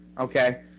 Okay